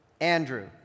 Andrew